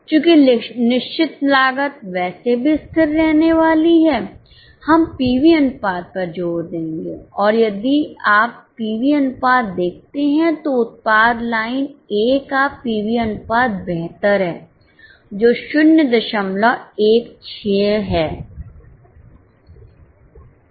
चूंकि निश्चित लागत वैसे भी स्थिर रहने वाली है हम पीवी अनुपात पर जोरदेंगे और यदि आप पीवी अनुपात देखते हैं तो उत्पाद लाइन Aका पीवी अनुपात बेहतर है जो 016 है